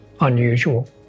unusual